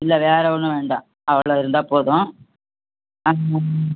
இல்லை வேறு ஒன்றும் வேண்டாம் அவ்வளோ இருந்தால் போதும்